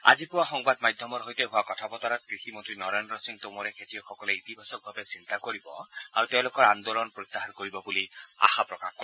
আজি পুৰা সংবাদ মাধ্যমৰ সৈতে হোৱা কথা বতৰাত কৃষি মন্ত্ৰী নৰেন্দ্ৰ সিং টোমৰে খেতিয়কসকলে ইতিবাচকভাৱে চিন্তা কৰিব আৰু তেওঁলোকৰ আন্দোলন প্ৰত্যাহাৰ কৰিব বুলি আশা প্ৰকাশ কৰে